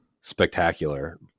spectacular